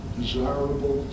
desirable